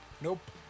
Nope